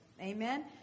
amen